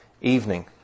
evening